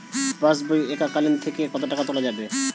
পাশবই এককালীন থেকে কত টাকা তোলা যাবে?